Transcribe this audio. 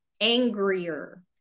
angrier